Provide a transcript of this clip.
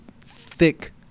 thick